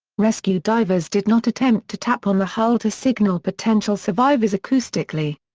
rescue divers did not attempt to tap on the hull to signal potential survivors acoustically.